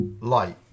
light